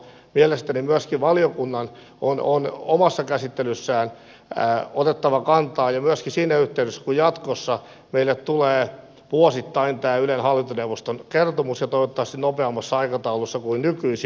tämäntyyppiseen linjanvetoon mielestäni myöskin valiokunnan on omassa käsittelyssään otettava kantaa ja myöskin siinä yhteydessä kun jatkossa meille tulee vuosittain tämä ylen hallintoneuvoston kertomus toivottavasti nopeammassa aikataulussa kuin nykyisin